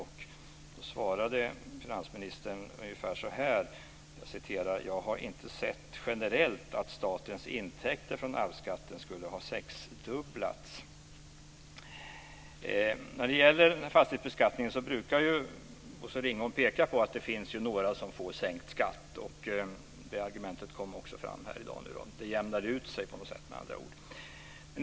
Då svarade finansministern ungefär så här: Jag har inte sett generellt att statens intäkter från arvsskatten skulle ha sexdubblats. När det gäller fastighetsbeskattningen brukar Bosse Ringholm peka på att det finns några som får sänkt skatt. Det argumentet kom fram också här i dag. Det skulle med andra ord jämna ut sig på något sätt.